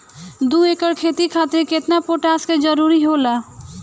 दु एकड़ खेती खातिर केतना पोटाश के जरूरी होला?